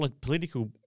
political